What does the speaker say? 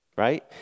Right